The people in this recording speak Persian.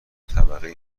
طبقه